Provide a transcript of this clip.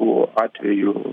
tų atvejų